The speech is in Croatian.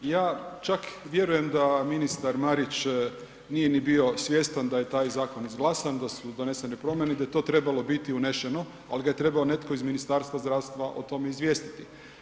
Ja čak vjerujem da ministar Marić nije bio ni svjestan da je taj zakon izglasan, da su donesene promjene i da je to trebalo unešeno ali ga je trebao netko iz Ministarstva zdravstva o tome izvijestiti.